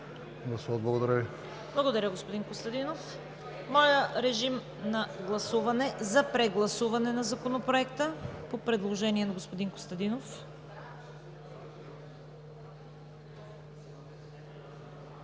КАРАЯНЧЕВА: Благодаря, господин Костадинов. Моля, режим на гласуване, за прегласуване на Законопроекта по предложение на господин Костадинов.